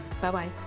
Bye-bye